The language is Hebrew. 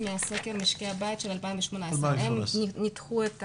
לסטטיסטיקה מסקר משקי הבית של 2018. הם ניתחו את